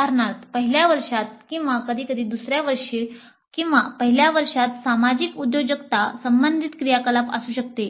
उदाहरणार्थ पहिल्या वर्षात किंवा कधीकधी दुसर्या वर्षी किंवा पहिल्या वर्षात सामाजिक उद्योजकता संबंधित क्रियाकलाप असू शकते